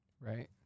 Right